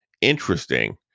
interesting